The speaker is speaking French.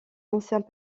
anciens